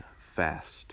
fast